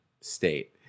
state